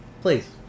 Please